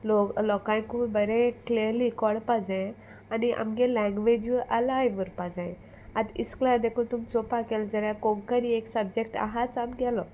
लोक लोकांकूय बरें क्लियर्ली कोळपा जाये आनी आमगे लँग्वेजूय आलायव उरपा जाय आतां इस्कुला देखून तुमी चोवपाक गेले जाल्यार कोंकणी एक सब्जॅक्ट आहाच आमगेलो